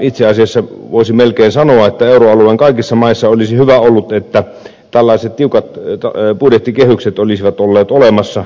itse asiassa voisi melkein sanoa että euroalueen kaikissa maissa olisi hyvä ollut että tällaiset tiukat budjettikehykset olisivat olleet olemassa